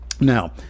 Now